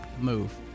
move